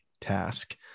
task